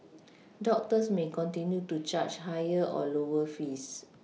doctors may continue to charge higher or lower fees